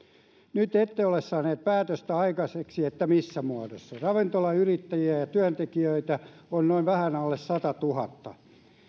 nyt ette ole saaneet aikaiseksi päätöstä missä muodossa ravintolayrittäjiä ja työntekijöitä on vähän alle sadannentuhannennen